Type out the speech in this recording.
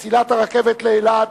הקמת מסילת רכבת לאילת,